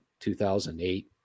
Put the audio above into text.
2008